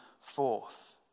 forth